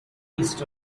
east